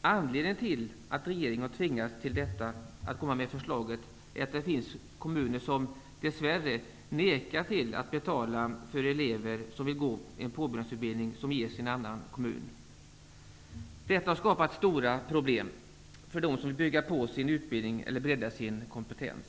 Anledningen till att regeringen har tvingats till att komma med förslaget är att det dess värre finns kommuner som nekar att betala för elever som vill gå en påbyggnadsutbildning som ges i en annan kommun. Detta har skapat stora problem för dem som vill bygga på sin utbildning och bredda sin kompetens.